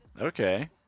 Okay